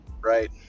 right